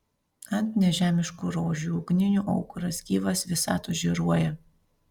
ant nežemiškų rožių ugninių aukuras gyvas visatos žėruoja